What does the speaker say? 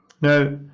Now